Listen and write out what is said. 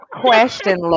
question